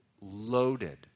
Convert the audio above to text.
loaded